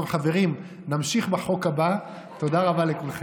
טוב, חברים, נמשיך בחוק הבא, תודה רבה לכולכם.